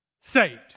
saved